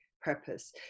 purpose